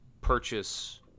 purchase